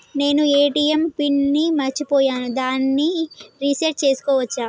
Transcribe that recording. నేను ATM pin ని మరచిపోయాను దాన్ని రీ సెట్ చేసుకోవచ్చా?